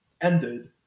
ended